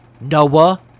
noah